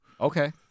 Okay